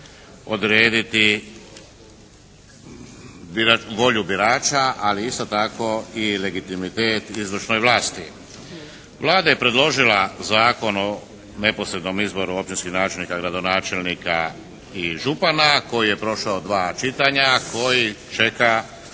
odrediti volju birača ali isto tako i legitimitet izvršnoj vlasti. Vlada je predložila Zakon o neposrednom izboru općinskih načelnika, gradonačelnika i župana koji je prošao dva čitanja koji čeka